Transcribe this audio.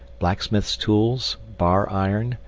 blacksmith's tools, bar iron,